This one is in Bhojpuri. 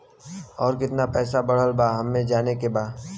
और कितना पैसा बढ़ल बा हमे जाने के बा?